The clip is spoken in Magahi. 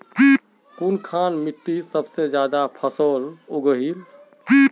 कुनखान मिट्टी सबसे ज्यादा फसल उगहिल?